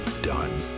done